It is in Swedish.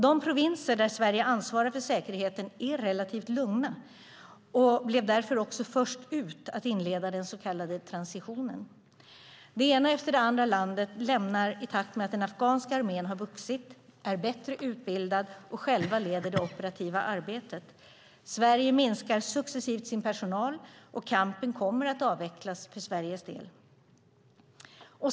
De provinser där Sverige ansvarar för säkerheten är relativt lugna och blev därför också först ut att inleda den så kallade transitionen. Det ena landet efter det andra lämnar i takt med att den afghanska armén har vuxit, är bättre utbildad och själva leder det operativa arbetet. Sverige minskar successivt sin personal, och campen kommer att avvecklas för Sveriges del.